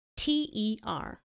T-E-R